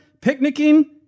picnicking